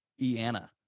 Iana